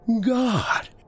god